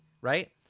Right